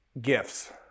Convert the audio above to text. gifts